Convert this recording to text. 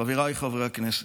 חבריי חברי הכנסת,